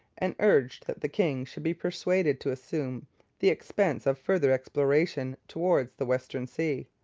and urged that the king should be persuaded to assume the expense of further exploration towards the western sea.